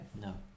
no